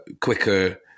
quicker